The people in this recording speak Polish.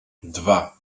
dwa